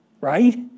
right